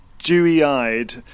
dewy-eyed